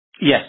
Yes